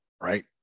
right